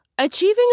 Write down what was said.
Achieving